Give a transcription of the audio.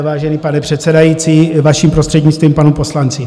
Vážený pane předsedající, vaším prostřednictvím, k panu poslanci.